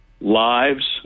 lives